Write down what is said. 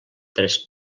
tres